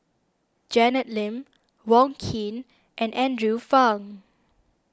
Janet Lim Wong Keen and Andrew Phang